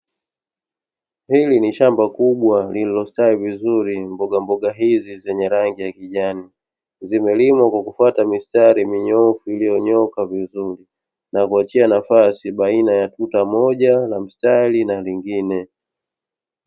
Hili ni shamba kubwa lililostawi vizuri mbogamboga hizi zenye rangi ya kijani. Zimelimwa kwa kufuata mistari minyoofu iliyonyooka vizuri, na kuachia nafasi baina ya tuta moja na mstari, na mingine.